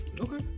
Okay